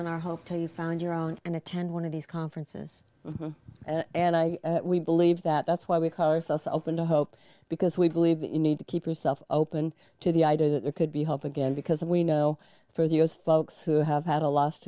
on our hotel you found your own and attend one of these conferences and i believe that that's why we call ourselves open to hope because we believe that you need to keep yourself open to the idea that there could be hope again because we know for those folks who have had a los